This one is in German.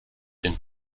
den